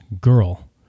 girl